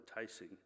enticing